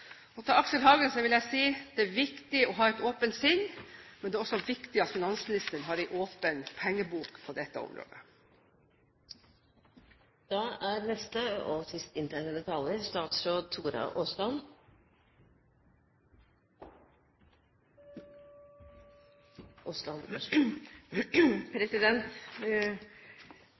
Til Aksel Hagen vil jeg si: Det er viktig å ha et åpent sinn, men det er også viktig at finansministeren har en åpen pengebok på dette området. Vi har et godt samarbeid med finansministeren og